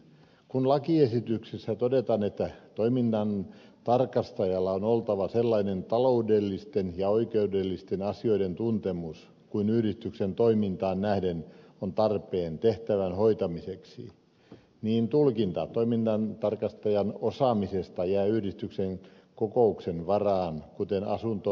kun lakiesityksessä todetaan että toiminnantarkastajalla on oltava sellainen taloudellisten ja oikeudellisten asioiden tuntemus kuin yhdistyksen toimintaan nähden on tarpeen tehtävän hoitamiseksi niin tulkinta toiminnantarkastajan osaamisesta jää yhdistyksen kokouksen varaan kuten asunto osakeyhtiöissäkin